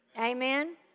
Amen